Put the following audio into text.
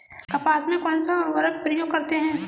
कपास में कौनसा उर्वरक प्रयोग करते हैं?